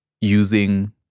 using